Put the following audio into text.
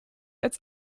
als